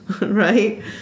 Right